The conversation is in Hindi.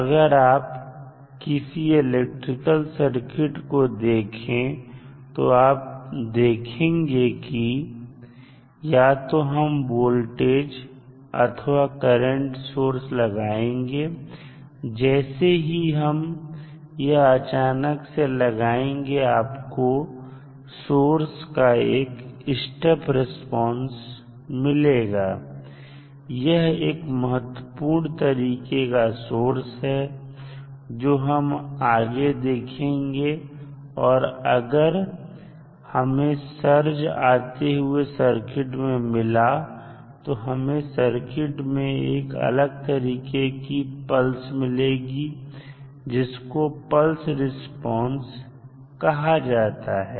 अगर आप किसी इलेक्ट्रिकल सर्किट को देखें तो आप देखेंगे कि या तो हम वोल्टेज अथवा करंट सोर्स लगाएंगे और जैसे ही हम यह अचानक से लगाएंगे आपको सोर्स का एक स्टेप रिस्पांस मिलेगा यह एक महत्वपूर्ण तरीके का सोर्स है जो हम आगे देखेंगे और अगर हमें surge आते हुए सर्किट में मिला तो हमें सर्किट में एक अलग तरीके की पल्स मिलेगी जिसको पल्स रिस्पांस कहा जाता है